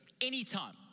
Anytime